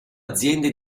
aziende